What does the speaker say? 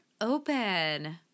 open